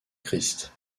christ